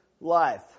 life